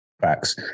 Facts